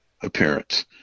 appearance